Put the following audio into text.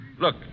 Look